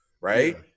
Right